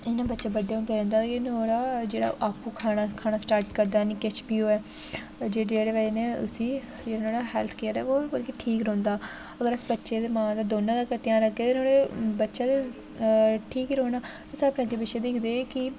जि'यां बच्चा बड्डा होंदा जंदा ओह्दा जेह्ड़ा आपूं खाना खाना स्टार्ट करदा किश बी होऐ जेह्दी बजह् कन्नै उसी जेह्ड़ा नुहाड़ा हेल्थ केयर ऐ ओह् मतलब कि ठीक रौह्ंदा अगर अस बच्चे दी मां दा दौनों दा गै ध्यान रखगै ते बच्चा ते ठीक गै रौह्नां अस अपने अग्गें पिच्छें दिक्खदे कि